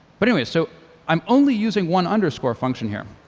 but anyways, so i'm only using one underscore function here.